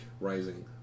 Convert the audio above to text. rising